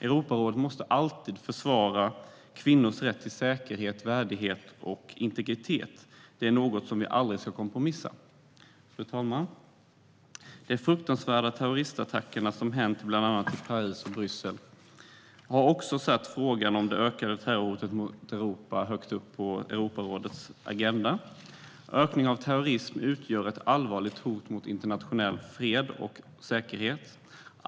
Europarådet måste alltid försvara kvinnors rätt till säkerhet, värdighet och integritet. Det är något vi aldrig ska kompromissa med. Fru talman! De fruktansvärda terrorattacker som hänt i bland annat Paris och Bryssel har satt frågan om det ökade terrorhotet mot Europa högt upp på Europarådets agenda. Ökningen av terrorism utgör ett allvarligt hot mot internationell fred och säkerhet.